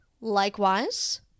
likewise